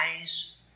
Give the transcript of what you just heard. eyes